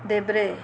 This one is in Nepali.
देब्रे